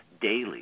daily